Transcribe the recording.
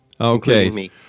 Okay